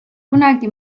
kunagi